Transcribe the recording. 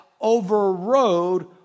overrode